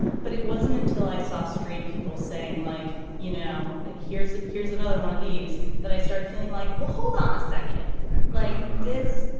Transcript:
but it wasn't until i saw straight people saying like you know here's here's another one of these that i started feeling like well hold on a second like this.